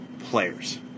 players